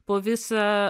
po visą